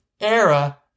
era